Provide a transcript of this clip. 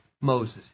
Moses